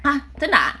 ah 真的啊